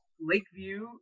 Lakeview